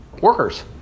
workers